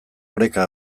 oreka